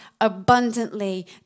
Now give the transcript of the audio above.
abundantly